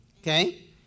Okay